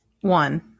One